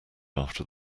after